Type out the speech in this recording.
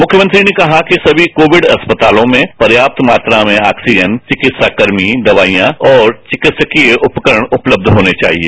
मुख्यमंत्री ने कहा कि समी कोविड अस्पतालों में पर्यात मात्रा में ऑक्सीजन चिकित्सा कर्मी दवाइयां और चिकित्सकीय उपकरण उपलब होने चाहिए